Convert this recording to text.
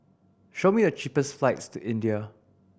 show me the cheapest flights to India